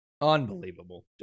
Unbelievable